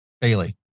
Bailey